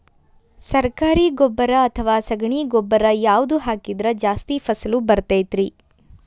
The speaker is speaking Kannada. ಸರಕಾರಿ ಗೊಬ್ಬರ ಅಥವಾ ಸಗಣಿ ಗೊಬ್ಬರ ಯಾವ್ದು ಹಾಕಿದ್ರ ಜಾಸ್ತಿ ಫಸಲು ಬರತೈತ್ರಿ?